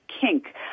kink